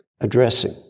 addressing